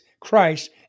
Christ